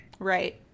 Right